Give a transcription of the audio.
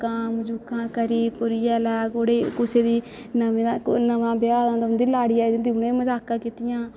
मजाकां मजुकां करी कुरियै लै कुड़ी कुसै दी नमीं दी नमां ब्याह् होंदा दा होंदा उं'दी लाड़ी आई दी होंदी ओह्दे कन्नै मजाकां कीतियां